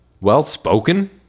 Well-spoken